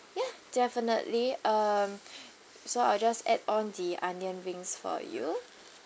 ya definitely um so I'll just add on the onion rings for you